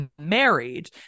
married